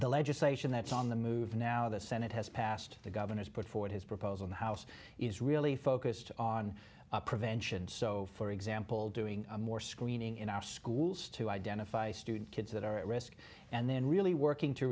the legislation that's on the move now the senate has passed the governor has put forward his proposal the house is really focused on prevention so for example doing more screening in our schools to identify student kids that are at risk and then really working to